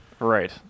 Right